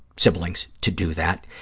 siblings to do that.